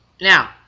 Now